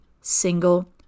single